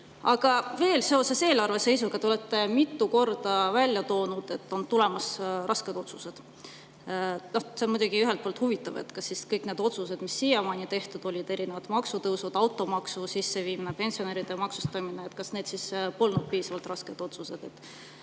Aga veel: seoses eelarve seisuga te olete mitu korda välja toonud, et on tulemas rasked otsused. See on muidugi ühelt poolt huvitav: kas siis kõik need otsused, mis siiamaani tehtud on – erinevad maksutõusud, automaksu sisseviimine, pensionäride maksustamine –, pole olnud piisavalt rasked otsused?